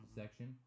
section